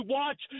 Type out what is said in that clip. watch